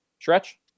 Stretch